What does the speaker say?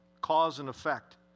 cause-and-effect